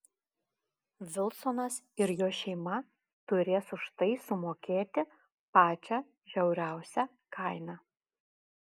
vilsonas ir jo šeima turės už tai sumokėti pačią žiauriausią kainą